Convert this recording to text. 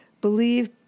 believe